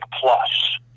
plus